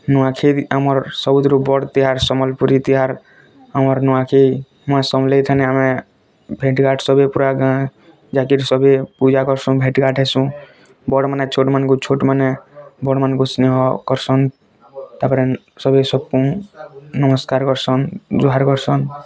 ନୂଆଖାଇ ଆମର୍ ସବୁଥିରୁ ବଡ଼ ତିହାର ସମ୍ବଲପୁର୍ ତିହାର୍ ଆମର୍ ନୂଆଖାଇ ମାଆ ସମ୍ବଲଥେନେ ଆମେ ଗାଁ ଯାକିର୍ ସଭିଏଁ ପୂଜା କରସନ୍ ବଡ଼ ମାନେ ଛୋଟ୍ ମାନଙ୍କୁ ଛୋଟ୍ ମାନେ ବଡ଼ ମାନଙ୍କୁ ସ୍ନେହ କରୁସନ୍ ତା'ପରେ ସଭିଏ ସଭଙ୍କୁ ନମସ୍କାର୍ କରସନ୍ ଜୁହାର୍ କରସନ୍